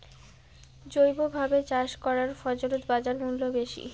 জৈবভাবে চাষ করা ফছলত বাজারমূল্য বেশি